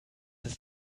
ist